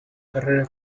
carrera